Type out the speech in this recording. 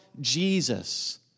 Jesus